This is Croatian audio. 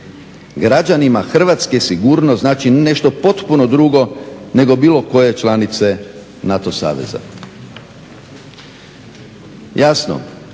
Građanima Hrvatske sigurnost znači nešto potpuno drugo nego bilo koje članice NATO saveza. Jasno